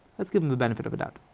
let's give em the benefit of a doubt.